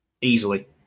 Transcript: Easily